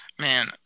Man